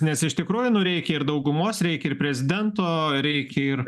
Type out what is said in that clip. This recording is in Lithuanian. nes iš tikrųjų nu reikia ir daugumos reikia ir prezidento reikia ir